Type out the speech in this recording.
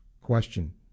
question